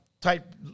type